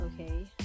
okay